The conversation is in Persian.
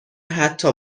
حتا